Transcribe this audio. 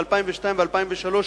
ב-2002 וב-2003,